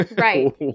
right